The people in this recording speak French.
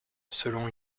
selon